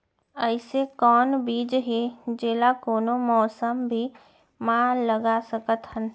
अइसे कौन बीज हे, जेला कोनो मौसम भी मा लगा सकत हन?